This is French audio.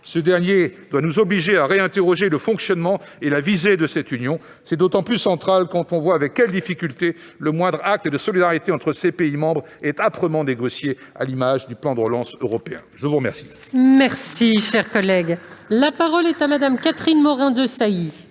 Ce dernier doit nous obliger à réinterroger le fonctionnement et la visée de l'Union européenne. C'est d'autant plus central quand on voit avec quelle difficulté le moindre acte de solidarité entre ses pays membres est âprement négocié, à l'image du plan de relance européen. La parole est à Mme Catherine Morin-Desailly.